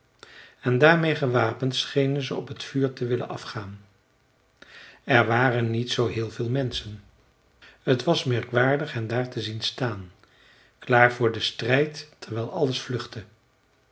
en daarmeê gewapend schenen ze op het vuur te willen afgaan er waren niet zoo heel veel menschen t was merkwaardig hen daar te zien staan klaar voor den strijd terwijl alles vluchtte